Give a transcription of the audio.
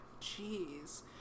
jeez